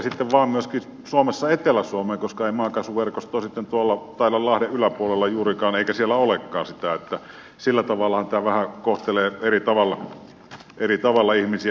toki tämä koskee suomessa sitten vain etelä suomea koska ei maakaasuverkostoa taida tuolla lahden yläpuolella juurikaan olla eikä siellä olekaan sitä niin että sillä tavallahan tämä kohtelee vähän eri tavalla eri ihmisiä